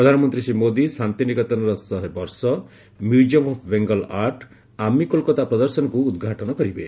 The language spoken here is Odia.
ପ୍ରଧାନମନ୍ତ୍ରୀ ଶ୍ରୀ ମୋଦୀ ଶାନ୍ତିନିକେତନର ଶହେ ବର୍ଷ ମ୍ୟୁକିୟମ୍ ଅଫ୍ ବେଙ୍ଗଲ ଆର୍ଟ ଆମି କୋଲକାତା ପ୍ରଦର୍ଶନୀକୁ ଉଦ୍ଘାଟନ କରିବେ